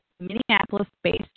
Minneapolis-based